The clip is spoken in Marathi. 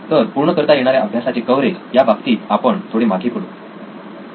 तर पूर्ण करता येणाऱ्या अभ्यासाचे कव्हरेज या बाबतीत आपण थोडे मागे पडू